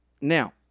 Now